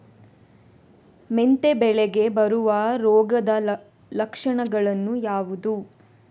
ಮೆಂತೆ ಬೆಳೆಗೆ ಬರುವ ರೋಗದ ಲಕ್ಷಣಗಳು ಯಾವುದು?